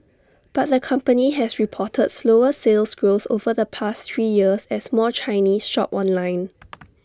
but the company has reported slower Sales Growth over the past three years as more Chinese shop online